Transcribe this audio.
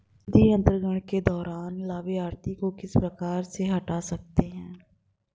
निधि अंतरण के दौरान लाभार्थी को किस प्रकार से हटा सकते हैं?